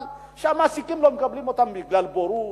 שהמעסיקים לא מקבלים אותם בגלל בורות,